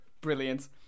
Brilliant